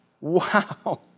Wow